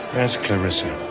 where's clarissa?